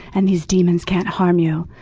and these demons can't harm you.